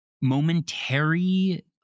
momentary